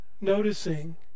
noticing